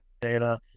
data